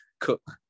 cook